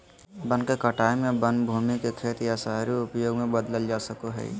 वन के कटाई में वन भूमि के खेत या शहरी उपयोग में बदल सको हइ